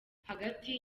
hagati